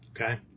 okay